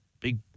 big